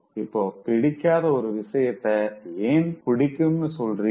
இப்போபிடிக்காத ஒரு விஷயத்த ஏன் புடிக்கும்னு சொல்றீங்க